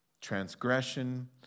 transgression